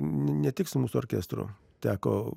ne tik su mūsų orkestru teko